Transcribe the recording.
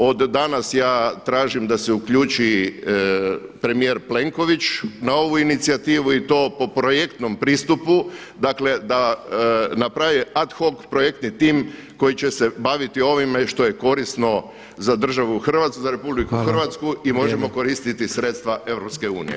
Od danas ja tražim da se uključi premijer Plenković na ovu inicijativu i to po projektnom pristupu, dakle da napravi ad hoc projektni tim koji će se baviti ovime što je korisno za državu Hrvatsku, za RH i možemo koristiti sredstva EU.